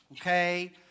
Okay